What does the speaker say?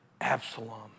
Absalom